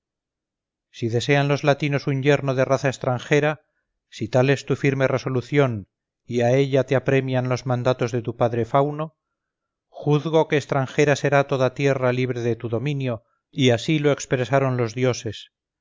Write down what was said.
si desean los latinos un yerno de raza extranjera si tal es tu firme resolución y a ella te apremian los mandatos de tu padre fauno juzgo que extranjera será toda tierra libre de tu dominio y así los expresaron los dioses